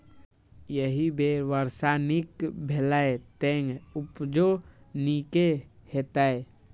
एहि बेर वर्षा नीक भेलैए, तें उपजो नीके हेतै